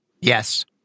Yes